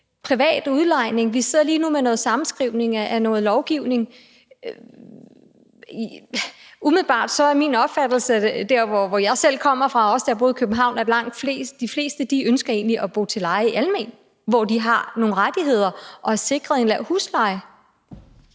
private udlejning. Vi sidder lige nu med noget sammenskrivning af noget lovgivning. Umiddelbart er min opfattelse, altså der, hvor jeg selv kommer fra, og også da jeg boede i København, at de fleste egentlig ønsker at bo til leje alment, hvor de har nogle rettigheder og er sikret en lav husleje.